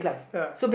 ya